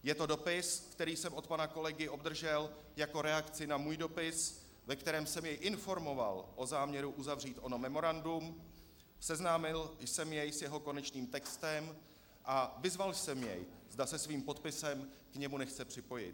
Je to dopis, který jsem od pana kolegy obdržel jako reakci na svůj dopis, ve kterém jsem jej informoval o záměru uzavřít ono memorandum, seznámil jsem jej s jeho konečným textem a vyzval jsem jej, zda se svým podpisem k němu nechce připojit.